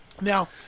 Now